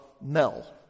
Mel